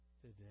today